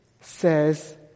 says